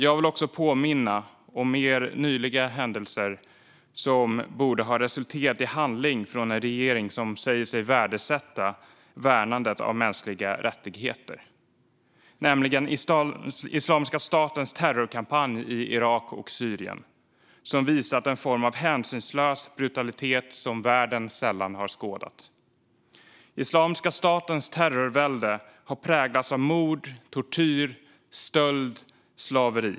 Jag vill också påminna om mer nyliga händelser som borde ha resulterat i handling från en regering som säger sig värdesätta värnandet av mänskliga rättigheter, nämligen Islamiska statens terrorkampanj i Irak och Syrien som visat en form av hänsynslös brutalitet som världen sällan har skådat. Islamiska statens terrorvälde har präglats av mord, tortyr, stöld och slaveri.